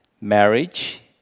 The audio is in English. Marriage